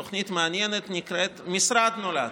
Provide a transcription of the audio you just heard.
בתוכנית מעניינת שנקראת "משרד נולד".